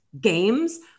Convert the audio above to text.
games